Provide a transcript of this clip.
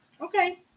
Okay